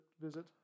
visit